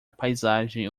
paisagem